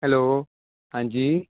hello ਹਾਂਜੀ